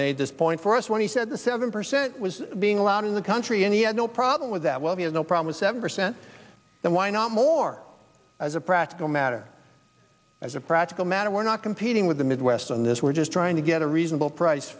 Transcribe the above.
this point for us when he said the seven percent was being allowed in the country and he had no problem with that well he has no problem seven percent then why not more as a practical matter as a practical matter we're not competing with the midwest on this we're just trying to get a reasonable price